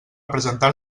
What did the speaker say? presentar